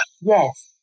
Yes